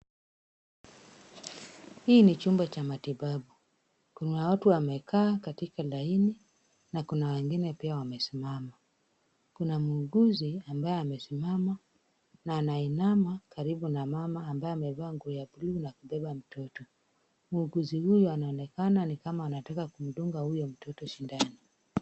Hiki ni chumba cha matibabu, kuna watu wamekaa katika laini, na kuna wengine pia wamesimama, kuna muuguzi ambaye amesimama na anainama karibu na mama, ambaye amevaa nguo ya bluu na kubeba mtoto. Muuguzi huyu anaonekana ni kama anataka kumdunga huyo mtoto sindano.